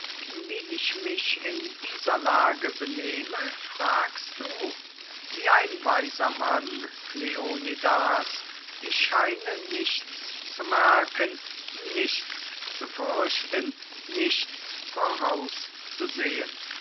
wie ich mich in dieser lage benehme fragst du wie ein weiser mann kleonidas ich scheine nichts zu merken nichts zu fürchten nichts